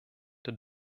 der